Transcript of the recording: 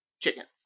chickens